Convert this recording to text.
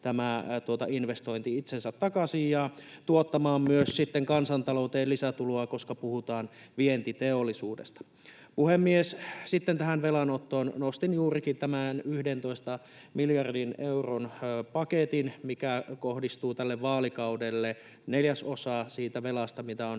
maksamaan itsensä takaisin ja tuottamaan myös kansantalouteen lisätuloa, koska puhutaan vientiteollisuudesta. Puhemies! Sitten tähän velanottoon: Nostin juurikin tämän 11 miljardin euron paketin, mikä kohdistuu tälle vaalikaudelle, neljäsosa siitä velasta, mitä on